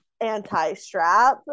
anti-strap